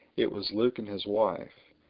it was luke and his wife.